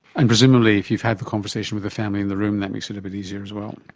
and presumably if you've had the conversation with the family in the room that makes it a bit easier as well.